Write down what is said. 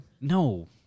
No